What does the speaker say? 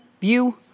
view